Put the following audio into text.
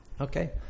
Okay